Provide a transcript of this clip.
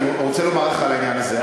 אני רוצה לומר לך על העניין הזה,